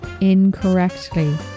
Incorrectly